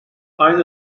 aynı